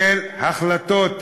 של החלטות ב"שלוף",